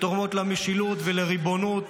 שתורמות למשילות ולריבונות